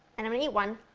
and i'm gonna eat one